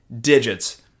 digits